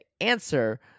answer